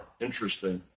interesting